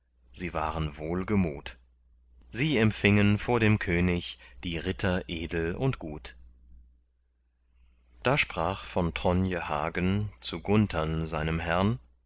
sie waren wohlgemut sie empfingen vor dem könig die ritter edel und gut da sprach von tronje hagen zu gunthern seinem herrn